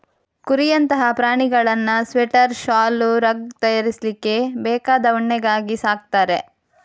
ಕುರಿಯಂತಹ ಪ್ರಾಣಿಗಳನ್ನ ಸ್ವೆಟರ್, ಶಾಲು, ರಗ್ ತಯಾರಿಸ್ಲಿಕ್ಕೆ ಬೇಕಾದ ಉಣ್ಣೆಗಾಗಿ ಸಾಕ್ತಾರೆ